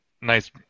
nice